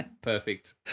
Perfect